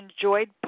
enjoyed